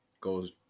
goes